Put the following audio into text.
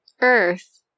earth